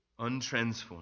untransformed